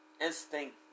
instinct